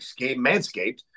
manscaped